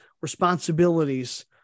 responsibilities